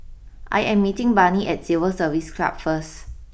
I am meeting Barney at Civil Service Club first